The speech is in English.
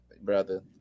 Brother